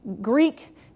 Greek